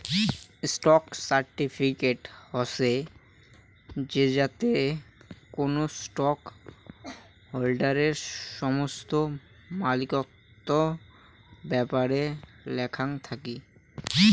stock certificate হসে জেতাতে কোনো স্টক হোল্ডারের সমস্ত মালিকত্বর ব্যাপারে লেখাং থাকি